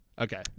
Okay